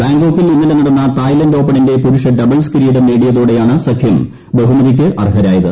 ബാങ്കോക്കിൽ ഇന്നലെ നടന്ന തായ്ലന്റ് ഓപ്പണിന്റെ പുരുഷ ഡബിൾസ് കിരീട നേടിയതോടെയാണ് സഖ്യം ബഹുമതിയ്ക്ക് അർഹരായത്